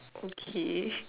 okay